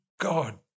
God